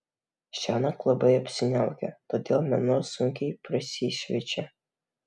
šiąnakt labai apsiniaukę todėl mėnuo sunkiai prasišviečia